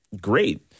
Great